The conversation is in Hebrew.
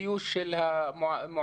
מאוד.